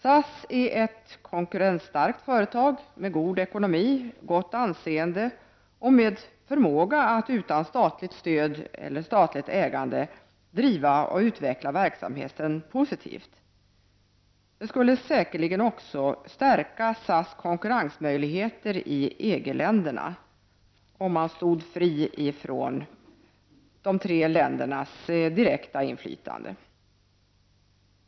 SAS är ett konkurrensstarkt företag med god ekonomi, gott anseende och med förmåga att utan statligt stöd eller ägande driva och utveckla verksamheten positivt. Det skulle säkerligen också stärka SAS konkurrensmöjligheter i EG-länderna, om bolaget stod fritt från de tre skandinaviska ländernas direkta inflytande.